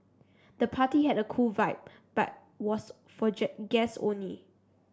the party had a cool vibe but was for guests only